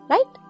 Right